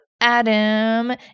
Adam